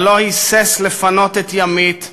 אבל לא היסס לפנות את ימית ופתחת-רפיח,